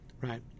Right